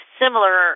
similar